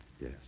yes